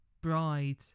bride